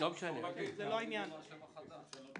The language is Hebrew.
זה לא העניין.